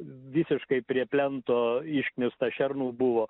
visiškai prie plento išknista šernų buvo